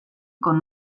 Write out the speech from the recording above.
con